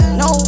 no